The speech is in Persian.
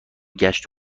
گشت